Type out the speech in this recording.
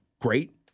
great